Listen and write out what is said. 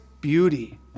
beauty